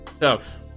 tough